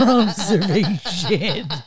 observation